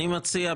אני מציע,